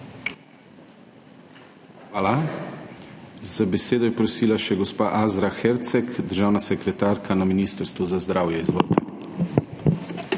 Hvala. Za besedo je prosila še gospa Azra Herceg, državna sekretarka na Ministrstvu za zdravje. Izvolite.